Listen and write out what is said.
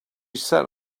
sat